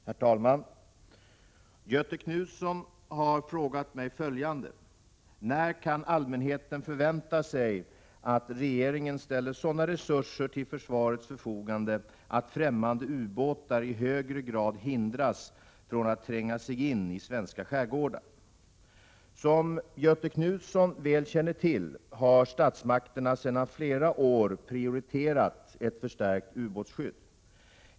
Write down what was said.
Herr talman! Göthe Knutson har frågat mig följande: När kan allmänheten förvänta sig att regeringen ställer sådana resurser till försvarets förfogande att främmande ubåtar i högre grad hindras från att tränga sig in i svenska skärgårdar? Som Göthe Knutson väl känner till har statsmakterna sedan flera år prioriterat ett förstärkt ubåtsskydd.